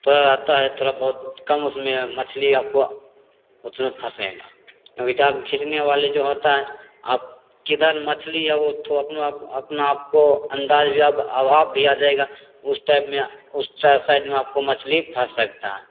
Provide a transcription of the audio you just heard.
तो आता है थोड़ा बहुत कम उसमें मछली आपको उतना फँसे न अभी जाल खींचने वाला जो होता है आप किधर मछली है वो तो अपना अपना आपको अंदाज़ भी अब अभाव भी आ जाएगा उस टाइम में उस साइड आपको मछली फँस सकता है